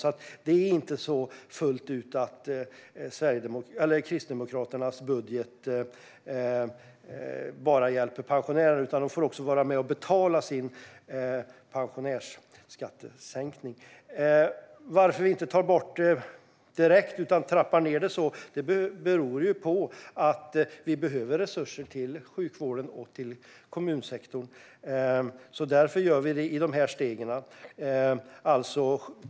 Det är alltså inte fullt ut så att Kristdemokraternas budget bara hjälper pensionärerna, utan de får ändå vara med och betala för sin pensionärsskattesänkning. Vi tar inte bort den direkt utan trappar ned den. Det beror på att vi behöver resurser till sjukvården och kommunsektorn. Därför gör vi det stegvis.